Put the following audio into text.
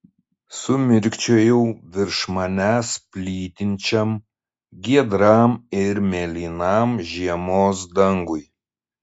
sumirkčiojau virš manęs plytinčiam giedram ir mėlynam žiemos dangui